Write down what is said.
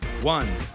one